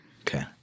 Okay